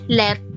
let